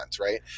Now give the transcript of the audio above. right